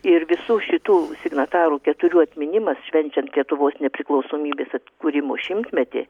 ir visų šitų signatarų keturių atminimas švenčiant lietuvos nepriklausomybės atkūrimo šimtmetį